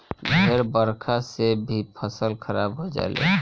ढेर बरखा से भी फसल खराब हो जाले